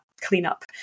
cleanup